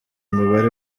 umubare